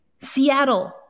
Seattle